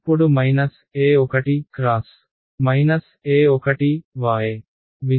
అప్పుడు x y